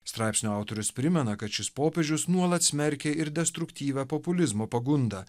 straipsnio autorius primena kad šis popiežius nuolat smerkia ir destruktyvią populizmo pagundą